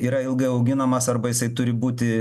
yra ilgai auginamas arba jisai turi būti